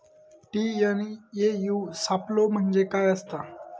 TNAU सापलो म्हणजे काय असतां?